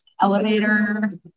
elevator